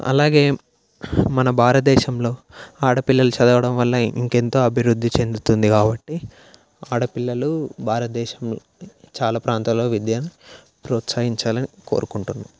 అలాగే మన భారతదేశంలో ఆడపిల్లలు చదవడం వల్ల ఇంకెంతో అభివృద్ధి చెందుతుంది కాబట్టి ఆడపిల్లలు భారతదేశంలో చాలా ప్రాంతాల్లో విద్యను ప్రోత్సహించాలని కోరుకుంటున్న